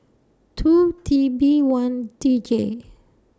two T B one D J